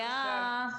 נכון.